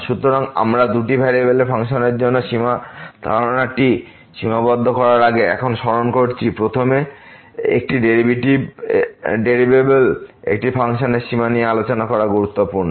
সুতরাং আমরা দুটি ভেরিয়েবলের ফাংশনের জন্য সীমা ধারণাটি সীমাবদ্ধ করার আগে এখন স্মরণ করছি প্রথমে একটি ভেরিয়েবলের একটি ফাংশনের সীমা নিয়ে আলোচনা করা গুরুত্বপূর্ণ